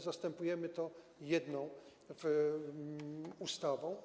Zastępujemy je jedną ustawą.